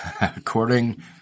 according